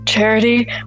Charity